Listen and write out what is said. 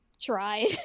tried